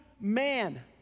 man